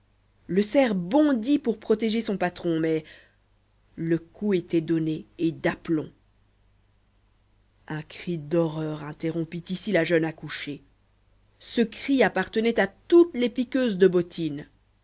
le cerf bondit pour protéger son patron mais le coup était donné et d'aplomb un cri d'horreur interrompit ici la jeune accouchée ce cri appartenait à toutes les piqueuses de bottines